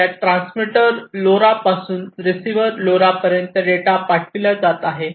तर या transmitter LoRa पासून रिसीव्हर LoRa पर्यंत डेटा पाठविला जात आहे